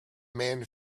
man